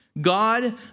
God